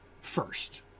first